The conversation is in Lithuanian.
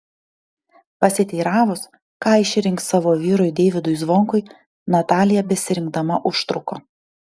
pasiteiravus ką išrinks savo vyrui deivydui zvonkui natalija besirinkdama užtruko